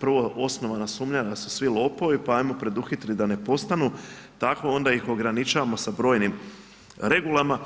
prvo osnovana sumnja da su svi lopovi, pa ajmo preduhitriti da ne postanu, tako onda ih ograničavamo sa brojnim regulama.